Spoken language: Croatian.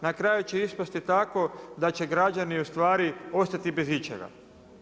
Na kraju će ispasti tako da će građani u ustvari ostati bez ičega.